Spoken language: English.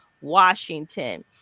Washington